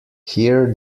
here